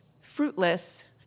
fruitless